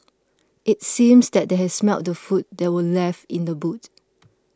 it seems that they had smelt the food that were left in the boot